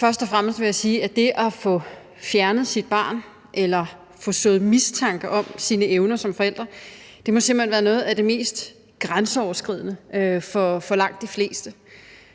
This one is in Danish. Først og fremmest vil jeg sige, at det at få fjernet sit barn eller få sået mistanke om sine evner som forælder simpelt hen må være noget af det mest grænseoverskridende for langt de fleste.